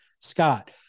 scott